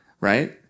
right